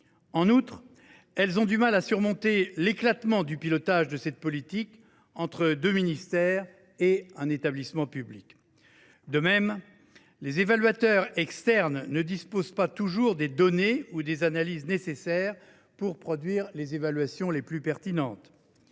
En outre, elles ont du mal à surmonter l’éclatement du pilotage de cette politique entre deux ministères et un établissement public. De plus, les évaluateurs externes ne disposent pas toujours des données ou des analyses nécessaires pour produire les évaluations les plus pertinentes.